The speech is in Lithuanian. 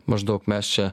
maždaug mes čia